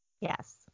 Yes